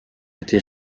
été